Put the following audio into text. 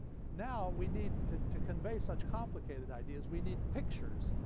now we need to to convey such complicated ideas, we need pictures,